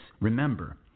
remember